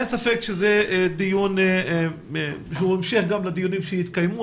אין ספק שזה דיון שהוא המשך גם לדיונים שיתקיימו